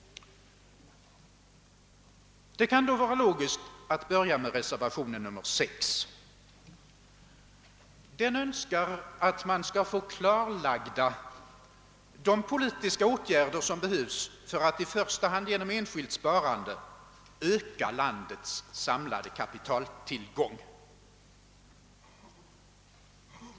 Det kan då vara logiskt att börja med reservationen 6a. Den önskar att man skall få klarlagda de politiska åtgärder som behövs för att i första hand genom enskilt sparande öka landets samlade kapitaltillgångar.